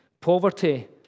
Poverty